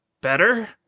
Better